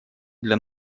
для